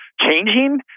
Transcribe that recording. changing